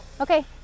okay